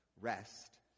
Rest